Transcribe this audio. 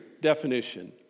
definition